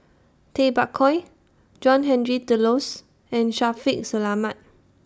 Tay Bak Koi John Henry Duclos and Shaffiq Selamat